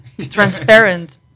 transparent